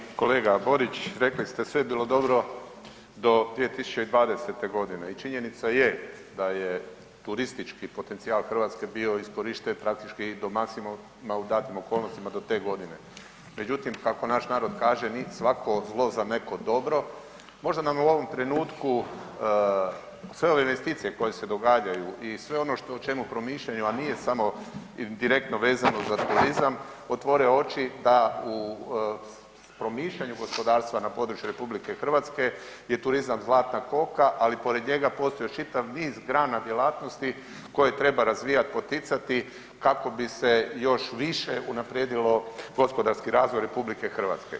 Uvaženi kolega Borić, rekli ste sve je bilo dobro do 2020. godine i činjenica je da je turistički potencijal Hrvatske bio iskorišten praktički do maksimalno datim okolnostima do te godine, međutim kako naš narod kaže ni svako zlo za neko dobro, možda nam u ovom trenutku sve ove investicije koje se događaju i sve ono o čemu promišljaju, a nije samo direktno vezano za turizam otvore oči da u promišljanju gospodarstva na području RH je turizam zlatna koka, ali pored njega postoji još čitav niz grana djelatnosti koje treba razvijati, poticati kako bi se još više unaprijedio gospodarski razvoj RH.